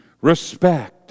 respect